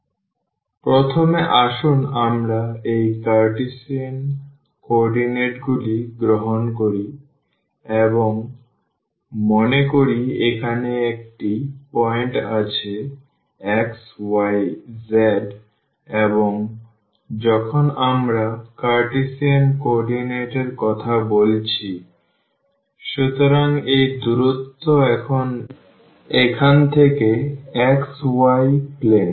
সুতরাং প্রথমে আসুন আমরা এই কার্টেসিয়ান কোঅর্ডিনেটগুলি গ্রহণ করি এবং মনে করি এখানে একটি পয়েন্ট আছে xyz এবং যখন আমরা কার্টেসিয়ান কোঅর্ডিনেট এর কথা বলছি সুতরাং এই দূরত্ব এখন এখান থেকে xy প্লেন